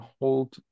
hold